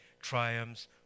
triumphs